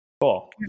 Cool